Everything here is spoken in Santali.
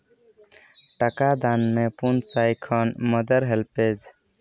ᱴᱟᱠᱟ ᱫᱟᱱ ᱢᱮ ᱯᱩᱱ ᱥᱟᱭ ᱠᱷᱚᱱ ᱢᱟᱫᱟᱨ ᱦᱮᱞᱯᱮᱡᱽ